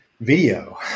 video